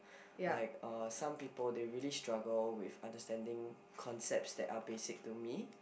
like uh some people they really struggle with understanding concepts that are basic to me